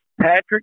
Patrick